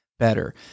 better